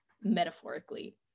metaphorically